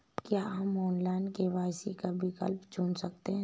क्या हम online KYC का विकल्प चुन सकते हैं?